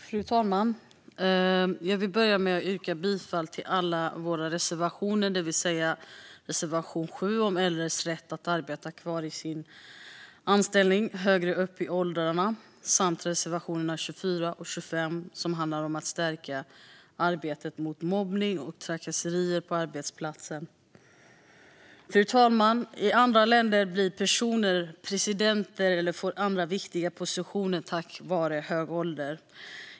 Fru talman! Jag vill börja med att yrka bifall till alla våra reservationer, det vill säga reservation 7 om äldres rätt att ha kvar sin anställning högre upp i åldrarna, samt reservationerna 24 och 25 som handlar om att stärka arbetet mot mobbning och trakasserier på arbetsplatsen. Fru talman! I andra länder blir personer presidenter eller får andra viktiga positioner tack vare hög ålder.